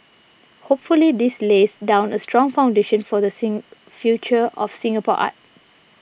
hopefully this lays down a strong foundation for the same future of Singapore art